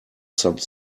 some